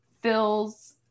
fills